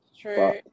true